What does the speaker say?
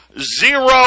zero